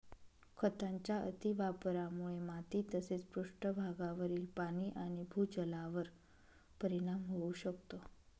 खतांच्या अतिवापरामुळे माती तसेच पृष्ठभागावरील पाणी आणि भूजलावर परिणाम होऊ शकतो